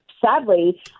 sadly